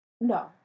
No